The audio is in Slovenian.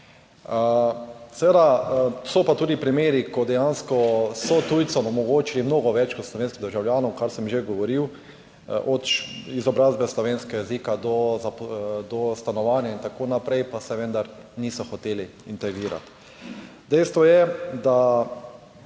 Seveda so pa tudi primeri, ko dejansko so tujcem omogočili mnogo več kot slovenskih državljanov, kar sem že govoril, od izobrazbe, slovenskega jezika do stanovanja in tako naprej pa se vendar niso hoteli integrirati. Dejstvo je, da